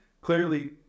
clearly